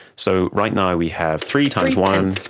so right now we have three times one,